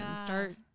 start